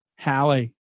Hallie